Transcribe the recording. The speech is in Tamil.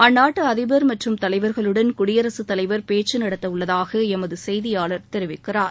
அந்நாட்டு அதிபர் மற்றும் தலைவர்களுடன் குடியரகத்தலைவர் பேச்சு நடத்தவுள்ளதாக எமது செய்தியாளர் தெரிவிக்கிறார்